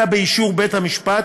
אלא באישור בית-המשפט.